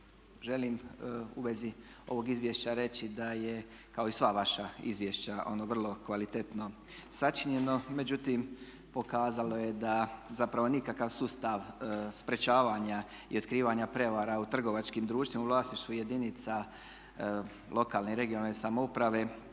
želim u vezi ovog izvješća reći da je kao i sva vaša izvješća ono vrlo kvalitetno sačinjeno. Međutim, pokazalo je da zapravo nikakav sustav sprječavanja i otkrivanja prijevara u trgovačkim društvima u vlasništvu jedinica lokalne i regionalne samouprave